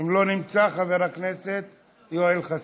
ואם הוא לא נמצא, חבר הכנסת יואל חסון.